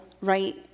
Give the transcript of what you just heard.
right